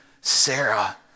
Sarah